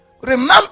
remember